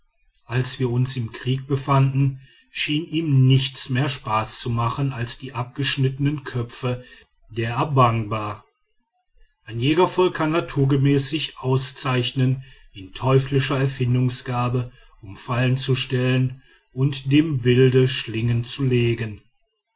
als wir uns im kriege befanden schien ihm nichts mehr spaß zu machen als die abgeschnittenen köpfe der a bangba ein jägervolk kann naturgemäß sich auszeichnen in teuflischer erfindungsgabe um fallen zu stellen und dem wilde schlingen zu legen